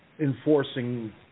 enforcing